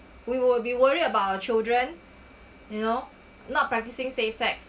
we will be worry about our children you know not practising safe sex